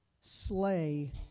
slay